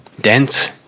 dense